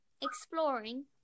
exploring